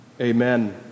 Amen